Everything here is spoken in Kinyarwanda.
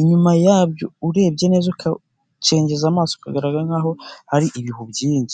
inyuma yabyo urebye neza ucengeza amaso, biri kugaragara nkaho hari ibihu byinshi.